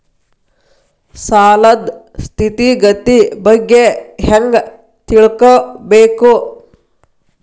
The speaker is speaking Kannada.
ಸಾಲದ್ ಸ್ಥಿತಿಗತಿ ಬಗ್ಗೆ ಹೆಂಗ್ ತಿಳ್ಕೊಬೇಕು?